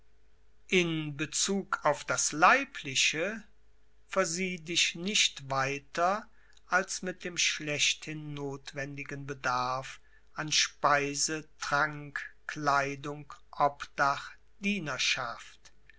in bezug auf das leibliche versieh dich nicht weiter als mit dem schlechthin nothwendigen bedarf an speise trank kleidung obdach dienerschaft